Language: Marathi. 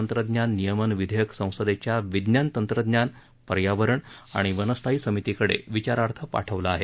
तंत्रज्ञान नियमन विधेयक संसदेच्या विज्ञान तंत्रज्ञान पर्यावरण आणि वन स्थायी समितीकडे विचारार्थ पाठवलं आहे